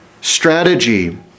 strategy